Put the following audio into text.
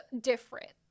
different